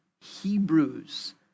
Hebrews